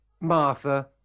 Martha